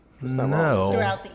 No